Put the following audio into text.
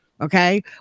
Okay